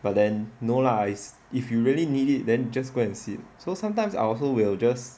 but then no lah is if you really need it then just go and sit so sometimes I also will just